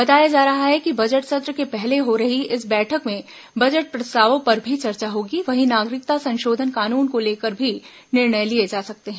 बताया जा रहा है कि बजट सत्र के पहले हो रही इस बैठक में बजट प्रस्तावों पर भी चर्चा होगी वहीं नागरिकता संशोधन कानून को लेकर भी निर्णय लिए जा सकते हैं